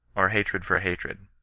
or hatred for hatred.